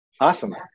Awesome